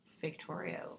victoria